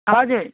हजुर